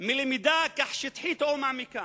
מלמידה שטחית או מעמיקה,